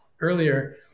earlier